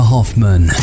Hoffman